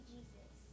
Jesus